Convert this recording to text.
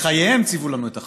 שבחייהם ציוו לנו את החיים,